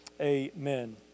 Amen